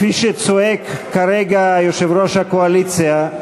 כפי שצועק כרגע יושב-ראש הקואליציה,